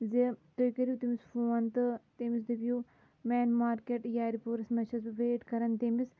زِ تُہۍ کٔرِو تٔمِس فون تہٕ تٔمِس دٔپِو مین مارکیٹ یارِ پوٗرَس مَنٛز چھَس بہٕ ویٹ کَران تٔمِس